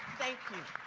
thank you.